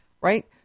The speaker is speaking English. right